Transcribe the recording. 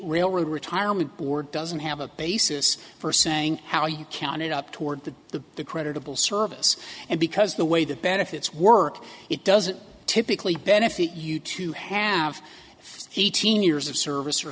railroad retirement board doesn't have a basis for saying how you counted up toward the the the creditable service and because the way the benefits work it doesn't typically ben you two have eighteen years of service or